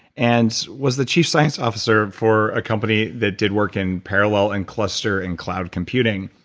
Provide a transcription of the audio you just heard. and was the chief science officer for a company that did work in parallel and cluster and cloud computing,